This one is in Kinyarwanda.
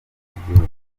w’igihugu